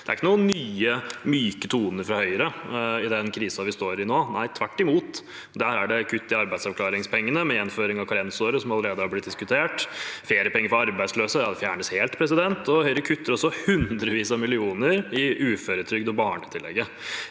Det er ikke noen nye, myke toner fra Høyre i den krisen vi står i nå – nei, tvert imot. Der er det kutt i arbeidsavklaringspengene med gjeninnføring av karensåret, som allerede er blitt diskutert, feriepenger for arbeidsløse fjernes helt, og Høyre kutter også hundrevis av millioner i uføretrygd og barnetillegget.